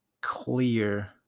clear